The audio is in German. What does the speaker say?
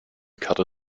karte